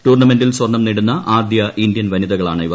ടൂർണമെന്റിൽ സ്വർണ്ണം നേടുന്ന ആദ്യ ഇന്ത്യൻ വനിതകളാണ് ഇവർ